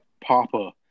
Papa